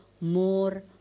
more